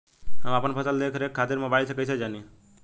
हम अपना फसल के देख रेख खातिर मोबाइल से कइसे जानी?